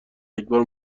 یکبار